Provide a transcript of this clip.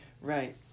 Right